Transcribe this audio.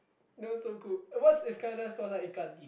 not so cool uh what's Isknadar's call sign